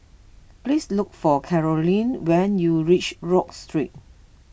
please look for Caroline when you reach Rodyk Street